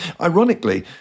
Ironically